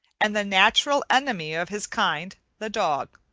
and the natural enemy of his kind, the dog.